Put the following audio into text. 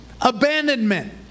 abandonment